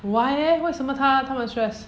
why leh 为什么他他们 stress